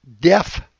deaf